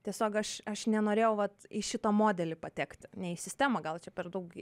tiesiog aš aš nenorėjau vat į šitą modelį patekti ne į sistemą gal čia per daug